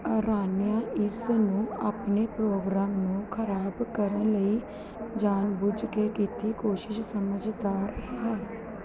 ਅਰਾਨਿਆ ਇਸ ਨੂੰ ਆਪਣੇ ਪ੍ਰੋਗਰਾਮ ਨੂੰ ਖ਼ਰਾਬ ਕਰਨ ਲਈ ਜਾਣ ਬੁੱਝ ਕੇ ਕੀਤੀ ਕੋਸ਼ਿਸ਼ ਸਮਝਦਾ ਹੈ